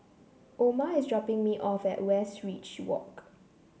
Oma is dropping me off at Westridge Walk